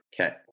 okay